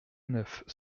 neuf